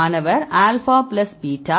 மாணவர் alpha plus beta